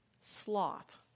sloth